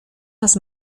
nos